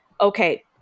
okay